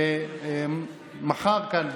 מחר כאן,